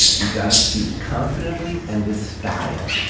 you've gotta speak confidently, and with style.